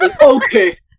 Okay